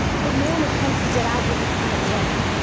but more an attempt to get out what we can at the end,